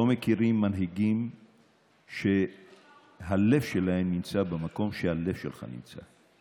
לא מכירים מנהיגים שהלב שלהם נמצא במקום שהלב שלך נמצא,